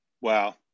Wow